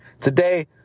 today